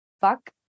fuck